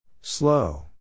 Slow